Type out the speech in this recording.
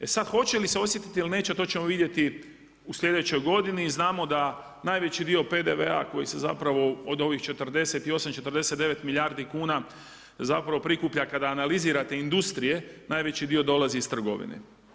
E sad, hoće li se osjetiti ili neće, to ćemo vidjeti u sljedećoj godini, i znamo da najveći dio PDV-a koji se zapravo od ovih 48, 49 milijardi kuna, zapravo prikuplja, kad analizirate industrije, najveći dio dolazi iz trgovine.